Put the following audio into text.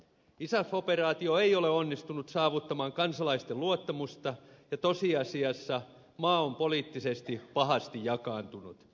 isaf operaatio ei ole onnistunut saavuttamaan kansalaisten luottamusta ja tosiasiassa maa on poliittisesti pahasti jakaantunut